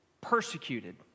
persecuted